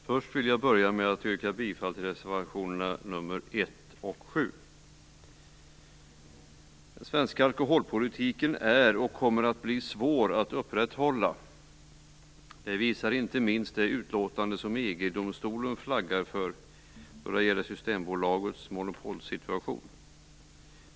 Herr talman! Först vill jag yrka bifall till reservationerna nr 1 och 7. Den svenska alkoholpolitiken är och kommer att bli svår att upprätthålla. Det visar inte minst det utlåtande som EG-domstolen flaggar för då det gäller Systembolagets monopolsituation.